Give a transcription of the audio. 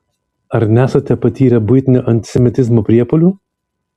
ar nesate patyrę buitinio antisemitizmo priepuolių